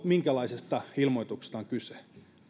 minkälaisesta ilmoituksesta on kyse